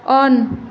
on